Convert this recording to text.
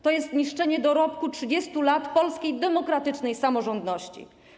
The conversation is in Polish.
To jest niszczenie dorobku 30 lat polskiej demokratycznej samorządności.